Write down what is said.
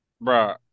Bro